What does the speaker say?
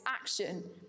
action